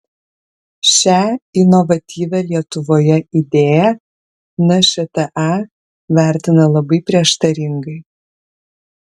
šią inovatyvią lietuvoje idėją nšta vertina labai prieštaringai